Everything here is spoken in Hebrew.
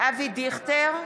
אבי דיכטר,